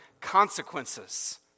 consequences